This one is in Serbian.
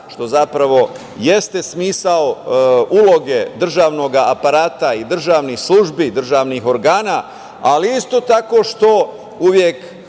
što zapravo jeste smisao uloge državnog aparata i državnih službi, državnih organa, ali isto tako što uvek